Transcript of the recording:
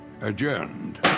adjourned